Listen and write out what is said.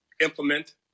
implement